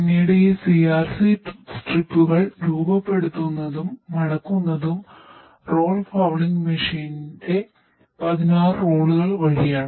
പിന്നീട് ഈ CRC സ്ട്രിപ്പുകൾ വഴിയാണ്